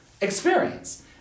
experience